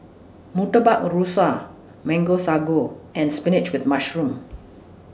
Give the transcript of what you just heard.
Murtabak Rusa Mango Sago and Spinach with Mushroom